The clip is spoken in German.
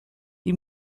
die